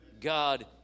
God